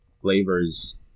flavors